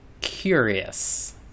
curious